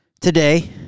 today